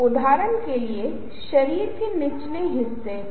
चित्र भी विभिन्न चीजों का संचार करता है